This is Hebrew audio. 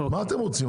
מה אתם רוצים?